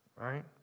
Right